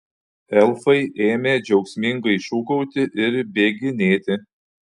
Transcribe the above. elfai ėmė džiaugsmingai šūkauti ir bėginėti